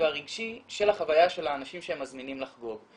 והרגשי של החוויה של האנשים שהם מזמינים לחגוג.